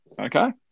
Okay